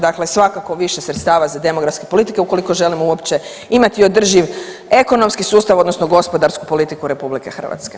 Dakle svakako više sredstava za demografske politike ukoliko želimo uopće imati održiv ekonomski sustav, odnosno gospodarsku politiku RH.